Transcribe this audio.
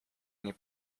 nie